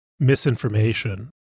misinformation